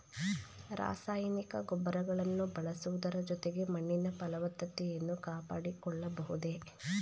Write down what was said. ರಾಸಾಯನಿಕ ಗೊಬ್ಬರಗಳನ್ನು ಬಳಸುವುದರ ಜೊತೆಗೆ ಮಣ್ಣಿನ ಫಲವತ್ತತೆಯನ್ನು ಕಾಪಾಡಿಕೊಳ್ಳಬಹುದೇ?